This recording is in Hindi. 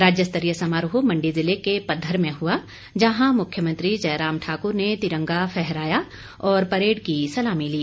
राज्यस्तरीय समारोह मंडी जिले के पधर में हआ जहां मुख्यमंत्री जयराम ठाक्र ने तिरंगा फहराया और परेड की सलामी ली